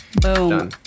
Boom